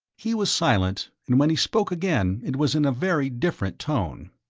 he was silent, and when he spoke again it was in a very different tone.